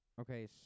Okay